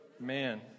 Man